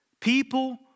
people